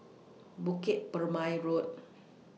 Bukit Purmei Road